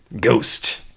ghost